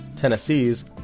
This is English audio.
Tennessee's